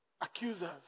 accusers